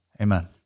Amen